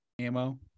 ammo